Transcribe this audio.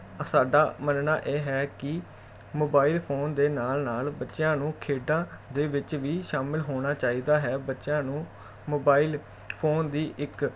ਅ ਸਾਡਾ ਮੰਨਣਾ ਇਹ ਹੈ ਕਿ ਮੋਬਾਈਲ ਫੋਨ ਦੇ ਨਾਲ ਨਾਲ ਬੱਚਿਆਂ ਨੂੰ ਖੇਡਾਂ ਦੇ ਵਿੱਚ ਵੀ ਸ਼ਾਮਲ ਹੋਣਾ ਚਾਹੀਦਾ ਹੈ ਬੱਚਿਆਂ ਨੂੰ ਮੋਬਾਈਲ ਫੋਨ ਦੀ ਇੱਕ